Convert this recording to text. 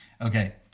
okay